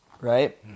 right